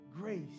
grace